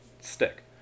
stick